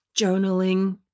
journaling